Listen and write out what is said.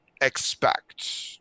expect